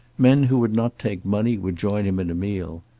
men who would not take money would join him in a meal.